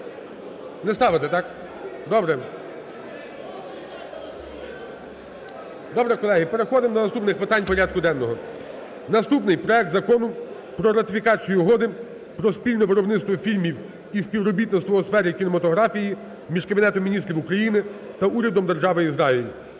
Не ставити, так? Добре. Добре, колеги. Переходимо до наступних питань порядку денного. Наступний: проект Закону про ратифікацію Угоди про спільне виробництво фільмів і співробітництво у сфері кінематографії між Кабінетом Міністрів України та Урядом Держави Ізраїль